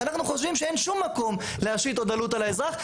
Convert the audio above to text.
שאנחנו חושבים שאין שום מקום להשית עוד עלות על האזרח.